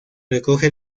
recoge